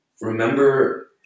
remember